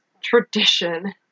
tradition